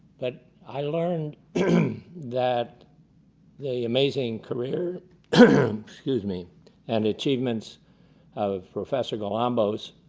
that i learned that the amazing career excuse me and achievements of professor galambos